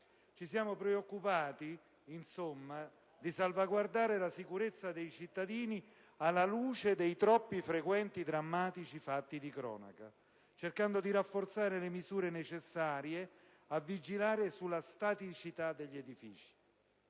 Ci siamo preoccupati, insomma, di salvaguardare la sicurezza dei cittadini, alla luce dei troppi, frequenti, drammatici fatti di cronaca, cercando di rafforzare le misure necessarie a vigilare sulla staticità degli edifici.